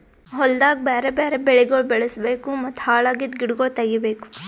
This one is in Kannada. ಹೊಲ್ದಾಗ್ ಬ್ಯಾರೆ ಬ್ಯಾರೆ ಬೆಳಿಗೊಳ್ ಬೆಳುಸ್ ಬೇಕೂ ಮತ್ತ ಹಾಳ್ ಅಗಿದ್ ಗಿಡಗೊಳ್ ತೆಗಿಬೇಕು